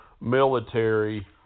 military